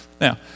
Now